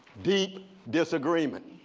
deep disagreement.